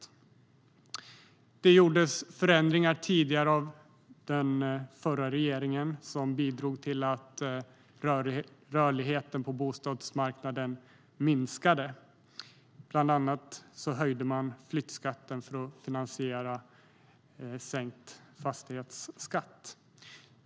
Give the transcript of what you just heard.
Det gjordes förändringar av den tidigare regeringen som bidrog till att rörligheten på bostadsmarknaden minskade. Bland annat höjde man flyttskatten för att finansiera sänkt fastighetsskatt.